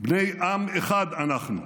בני עם אחד אנחנו".